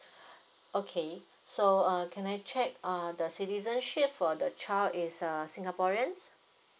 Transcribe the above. okay so uh can I check uh the citizenship for the child is uh singaporeans